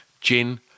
gin